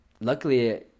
luckily